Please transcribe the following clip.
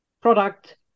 product